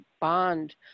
bond